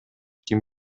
ким